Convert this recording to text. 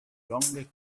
longe